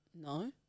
No